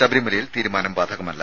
ശബരിമലയിൽ തീരുമാനം ബാധകമല്ല